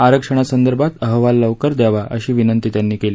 आरक्षणासंदर्भात अहवाल लवकर द्यावा अशी विनंती त्यांनी केली